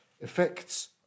effects